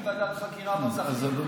לצעוק, אדוני?